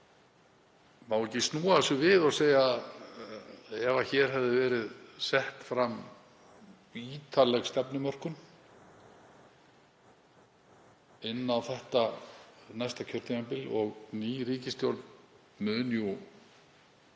má ekki snúa þessu við og segja: Ef hér hefði verið sett fram ítarleg stefnumörkun inn á næsta kjörtímabil — og ný ríkisstjórn mun jú